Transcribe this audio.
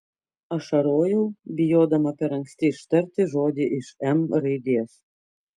ašarojau bijodama per anksti ištarti žodį iš m raidės